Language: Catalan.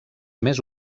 més